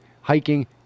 hiking